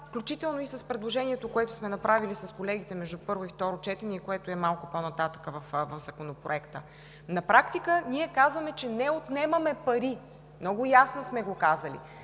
включително и с предложението, което сме направили с колегите между първо и второ четене и което е малко по-нататък в Законопроекта? На практика ние казваме, че не отнемаме пари, много ясно сме го казали.